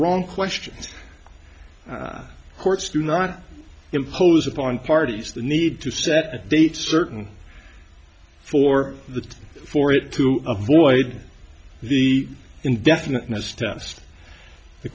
wrong questions courts do not impose upon parties the need to set a date certain for the for it to avoid the indefinite